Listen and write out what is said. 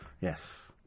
Yes